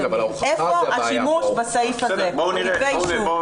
איפה השימוש בסעיף הזה בכתבי האישום?